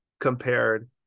compared